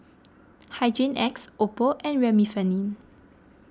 Hygin X Oppo and Remifemin